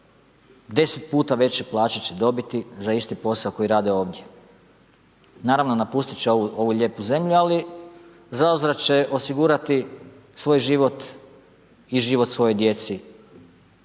10 puta veće plaće će dobiti za isti posao koji rade ovdje. Naravno, napustiti će ovu lijepu zemlju, ali zauzvrat će osigurati svoj život i život svojoj djeci